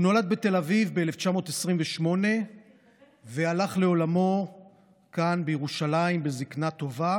הוא נולד בתל אביב ב-1928 והלך לעולמו כאן בירושלים בזקנה טובה